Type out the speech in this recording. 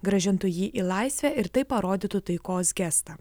grąžintų jį į laisvę ir taip parodytų taikos gestą